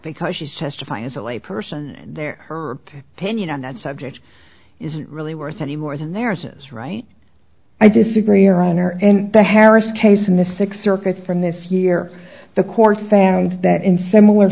because she's testifying as a lay person there her opinion on that subject isn't really worth any more than there says right i disagree your honor and the harris case and the six are cut from this year the court found that in similar